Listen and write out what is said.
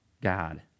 God